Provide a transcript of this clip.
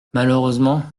malheureusement